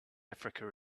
africa